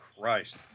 Christ